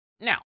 Now